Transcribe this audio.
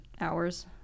hours